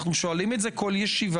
אנחנו שואלים את זה כל ישיבה,